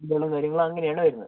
ഇതിലുള്ള കാര്യങ്ങൾ അങ്ങനെയാണ് വരുന്നത്